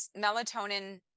melatonin